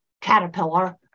caterpillar